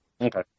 Okay